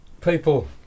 people